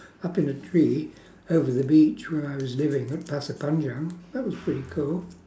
up in a tree over the beach where I was living at pasir panjang that was pretty cool